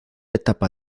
etapa